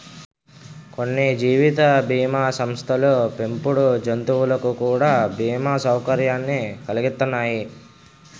కొన్ని జీవిత బీమా సంస్థలు పెంపుడు జంతువులకు కూడా బీమా సౌకర్యాన్ని కలిగిత్తన్నాయి